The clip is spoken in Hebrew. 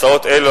הצעות אלו,